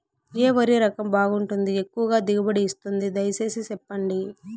ఏ వరి రకం బాగుంటుంది, ఎక్కువగా దిగుబడి ఇస్తుంది దయసేసి చెప్పండి?